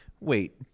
Wait